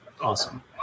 awesome